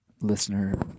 Listener